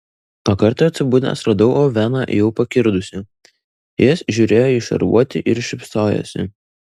o kartą atsibudęs radau oveną jau pakirdusį jis žiūrėjo į šarvuotį ir šypsojosi